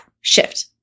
shift